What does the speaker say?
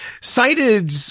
cited